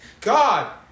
God